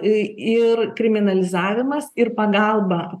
ir kriminalizavimas ir pagalba